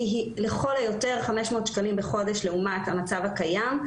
היא לכל היותר 500 שקלים בחודש לעומת המצב הקיים.